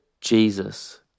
Jesus